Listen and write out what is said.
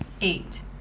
Eight